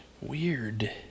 Weird